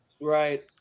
Right